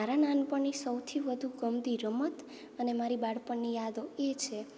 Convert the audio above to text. મારા નાનપણની સૌથી વધુ ગમતી રમત અને મારા બાળપણની યાદો એ છે કે